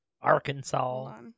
Arkansas